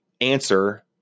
answer